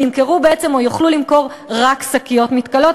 הם ימכרו בעצם או יוכלו למכור רק שקיות מתכלות.